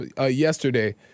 yesterday